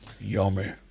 Yummy